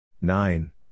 Nine